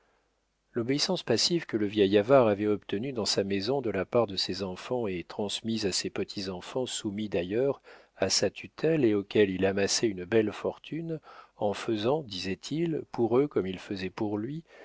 l'obéissance passive que le vieil avare avait obtenue dans sa maison de la part de ses enfants et transmise à ses petits-enfants soumis d'ailleurs à sa tutelle et auxquels il amassait une belle fortune en faisant disait-il pour eux comme il faisait pour lui